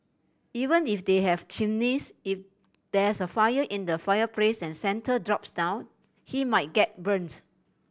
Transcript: even if they have chimneys if there's a fire in the fireplace and Santa drops down he might get burnt